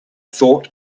thought